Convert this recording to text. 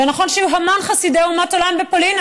ונכון שהיו המון חסידי אומות העולם בפולין,